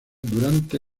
durante